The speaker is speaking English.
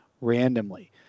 randomly